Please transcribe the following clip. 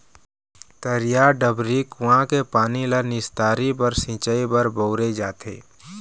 तरिया, डबरी, कुँआ के पानी ल निस्तारी बर, सिंचई बर बउरे जाथे